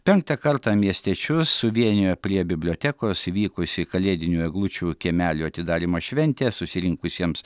penktą kartą miestiečius suvienijo prie bibliotekos vykusi kalėdinių eglučių kiemelio atidarymo šventė susirinkusiems